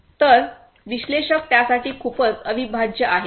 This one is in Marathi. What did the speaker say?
तर विश्लेषक त्यासाठी खूपच अविभाज्य आहे